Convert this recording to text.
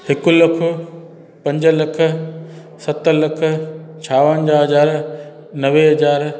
हिकु लख पंज लख सत लख छावंजाह हज़ार नवे हज़ार